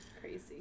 Crazy